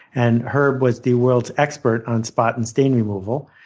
and herb was the world's expert on spot and stain removal.